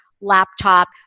laptop